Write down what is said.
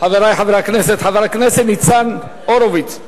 חברי חברי הכנסת, חבר הכנסת ניצן הורוביץ,